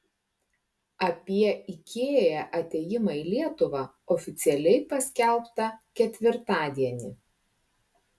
apie ikea atėjimą į lietuvą oficialiai paskelbta ketvirtadienį